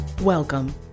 Welcome